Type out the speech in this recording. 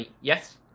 yes